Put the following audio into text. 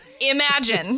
imagine